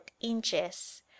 inches